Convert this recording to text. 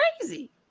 crazy